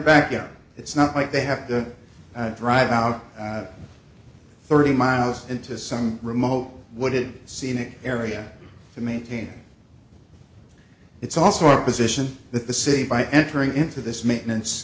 backyard it's not like they have to drive out thirty miles into some remote what it scenic area to maintain it's also a position that the city by entering into this maintenance